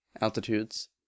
Altitudes